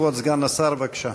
כבוד סגן השר, בבקשה.